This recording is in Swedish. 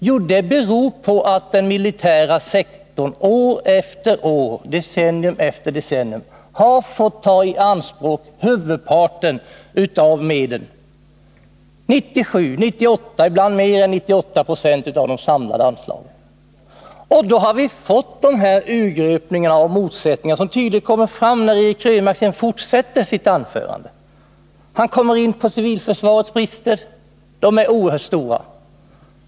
Jo, det beror på att den militära sektorn år efter år, decennium efter decennium fått ta i anspråk merparten av medlen — 97 Jc, 98 Ze och ibland mer än 98 20 av de samlade anslagen. Därigenom har vi fått de urgröpningar och motsättningar som så tydligt kommer fram när Eric Krönmark fortsätter sitt anförande. Han kommer in på civilförsvarets brister — de är oerhört stora.